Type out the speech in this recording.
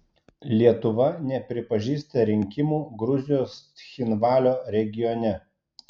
lietuva nepripažįsta rinkimų gruzijos cchinvalio regione